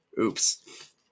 oops